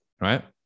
right